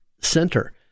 Center